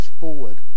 forward